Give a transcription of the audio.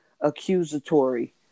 accusatory